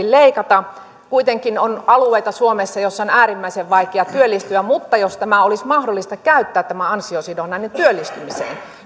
leikata kuitenkin suomessa on alueita joilla on äärimmäisen vaikea työllistyä mutta jos olisi mahdollista käyttää tämä ansiosidonnainen työllistymiseen